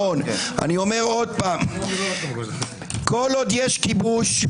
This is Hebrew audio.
שוב כל עוד יש כיבוש,